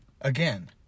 again